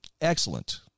excellent